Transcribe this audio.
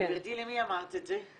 גברתי, למי אמרת את זה?